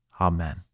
Amen